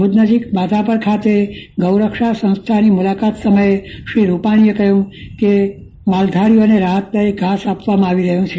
ભુજ નજીક માધાપર ખાતે ગૌ રક્ષા સંસ્થાની મુલાકાત સમયે શ્રી રૂપાણીએ કહ્યું કે માલધારીઓને રાહત દરે ઘાસ આપવામાં આવી રહ્યું છે